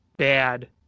bad